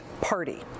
party